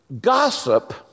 Gossip